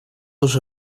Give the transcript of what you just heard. уже